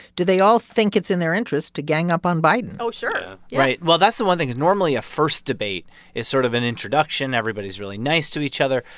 do they all think it's in their interest to gang up on biden? oh, sure right. well, that's the one thing is, normally, a first debate is sort of an introduction. everybody's really nice to each other.